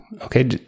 Okay